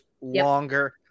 longer